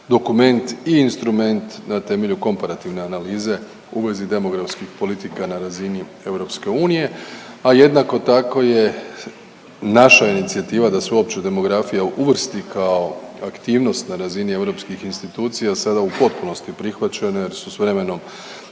dokument i instrument na temelju komparativne analize u vezi demografskih politika na razini Europske unije, a jednako tako je naša inicijativa da se uopće demografija uvrsti kao aktivnost na razini europskih institucija, sada u potpunosti prihvaćene jer su s vremenom